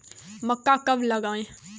मक्का कब लगाएँ?